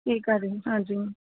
ਠੀਕ ਹੈ ਜੀ ਹਾਂਜੀ